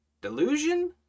delusion